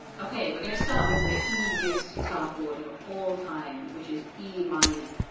okay we're going to start with the easiest guitar chord of all time which is e minor.